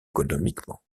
économiquement